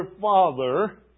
father